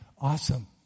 Awesome